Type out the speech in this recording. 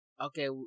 okay